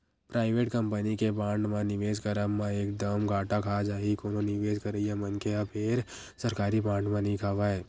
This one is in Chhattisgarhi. पराइवेट कंपनी के बांड म निवेस करब म एक दम घाटा खा जाही कोनो निवेस करइया मनखे ह फेर सरकारी बांड म नइ खावय